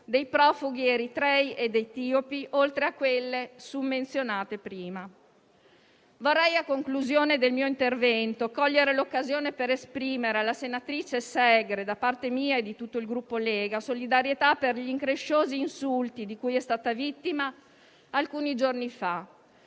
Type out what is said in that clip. dei profughi eritrei ed etiopi, oltre a quelle summenzionate prima. A conclusione del mio intervento, voglio cogliere l'occasione per esprimere alla senatrice Segre da parte mia e di tutto il Gruppo Lega solidarietà per gli incresciosi insulti di cui è stata vittima alcuni giorni fa.